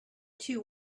two